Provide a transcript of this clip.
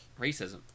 racism